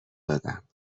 دادم